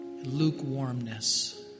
lukewarmness